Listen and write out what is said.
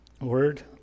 word